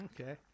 Okay